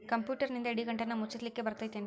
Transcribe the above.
ಕಂಪ್ಯೂಟರ್ನಿಂದ್ ಇಡಿಗಂಟನ್ನ ಮುಚ್ಚಸ್ಲಿಕ್ಕೆ ಬರತೈತೇನ್ರೇ?